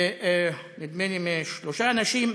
נדמה לי של שלושה אנשים,